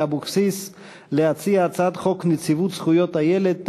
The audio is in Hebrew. אבקסיס להציע את הצעת חוק נציבות זכויות הילד,